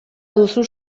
duzu